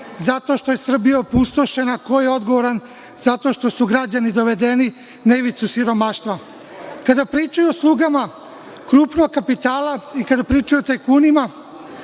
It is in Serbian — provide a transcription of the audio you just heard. zato što je Srbija opustošena, ko je odgovoran zato što su građani dovedeni na ivicu siromaštva? Kada pričaju o slugama krupnog kapitala i kada pričaju o tajkunima,